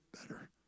better